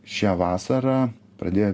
šią vasarą pradėjo